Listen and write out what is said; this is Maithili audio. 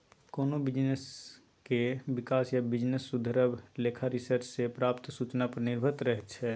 कोनो बिजनेसक बिकास या बिजनेस सुधरब लेखा रिसर्च सँ प्राप्त सुचना पर निर्भर रहैत छै